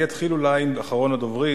אני אתחיל אולי עם אחרון הדוברים,